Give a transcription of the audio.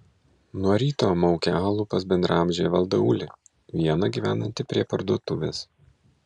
nuo ryto maukė alų pas bendraamžį evaldą ulį vieną gyvenantį prie parduotuvės